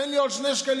תן לי עוד שני שקלים.